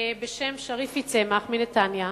ששמו שריפי צמח, מנתניה,